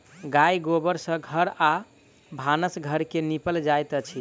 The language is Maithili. गाय गोबर सँ घर आ भानस घर के निपल जाइत अछि